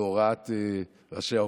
בהוראת ראשי האופוזיציה?